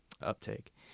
uptake